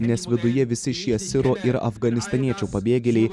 nes viduje visi šie sirų ir afganistaniečių pabėgėliai